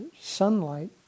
sunlight